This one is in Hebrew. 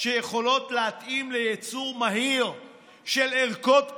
שיכולות להתאים לייצור מהיר של ערכות קורונה,